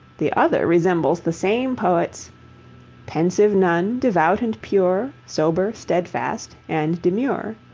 the other resembles the same poet's pensive nun, devout and pure, sober, steadfast, and demure.